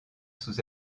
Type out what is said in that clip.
sous